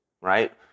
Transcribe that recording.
right